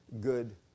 good